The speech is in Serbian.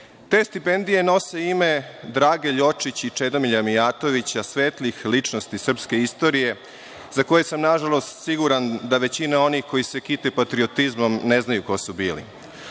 Te stipendije nose ime „Drage LJočić“ i „Čedomilja Mijatovića“, svetlih ličnosti srpske istorije, za koje sam, nažalost, siguran da većina onih koji se kite patriotizmom ne znaju ko su